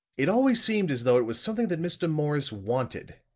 it always seemed as though it was something that mr. morris wanted.